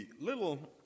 little